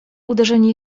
uderzenie